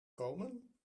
komen